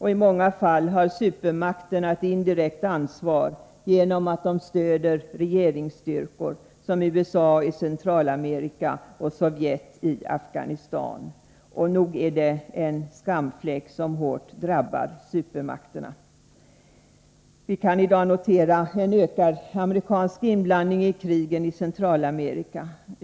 I många fall har supermakterna ett indirekt ansvar genom att de stöder regeringsstyrkor — som USA i Centralamerika och Sovjet i Afghanistan. Och nog är det en skamfläck som hårt drabbar supermakterna. Vi kan i dag notera en ökad amerikansk inblandning i krigen i Centralamerika.